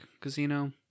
Casino